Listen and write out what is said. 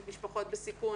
משפחות בסיכון